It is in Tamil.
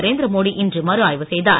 நரேந்திர மோடி இன்று மறு ஆய்வு செய்தார்